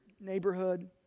neighborhood